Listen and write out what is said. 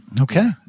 Okay